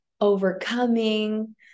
overcoming